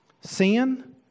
Sin